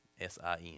S-I-N